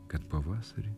kad pavasarį